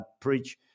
preach